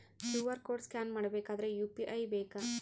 QR code scan ಮಾಡಬೇಕಾದರೆ UPI ಬೇಕಾ?